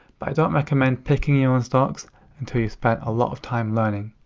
but i don't recommend picking your own stocks until you've spent a lot of time learning.